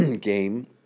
game